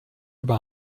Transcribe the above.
über